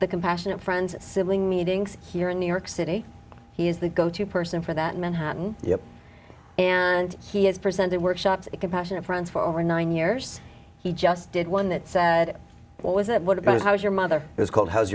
the compassionate friends sibling meetings here in new york city he is the go to person for that manhattan and he has presented workshops compassionate friends for over nine years he just did one that said what was that what about how was your mother was called how's